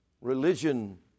Religion